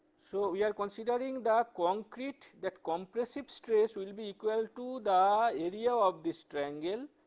so we are considering the concrete, that compressive stress will be equal to the area of this triangle,